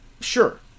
sure